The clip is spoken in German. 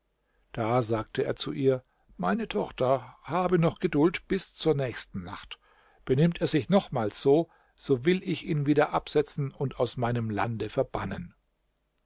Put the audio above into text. da sagte er zu ihr meine tochter habe noch geduld bis zur nächsten nacht benimmt er sich nochmals so so will ich ihn wieder absetzen und aus meinem lande verbannen